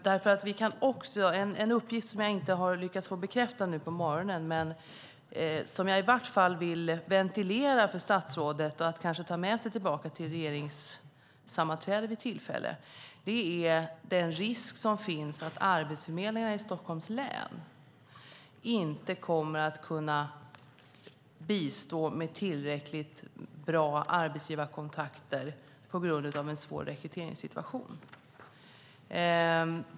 Det finns en uppgift som jag inte har lyckats få bekräftad nu på morgonen men som jag i vart fall vill ventilera med statsrådet - hon kanske kan ta med sig den tillbaka till något regeringssammanträde vid tillfälle. Det handlar om den risk som finns att arbetsförmedlingarna i Stockholms län inte kommer att kunna bistå med tillräckligt bra arbetsgivarkontakter på grund av en svår rekryteringssituation.